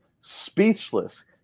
speechless